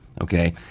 okay